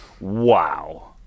Wow